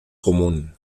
común